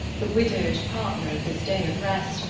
the widow'd partner of his day of rest,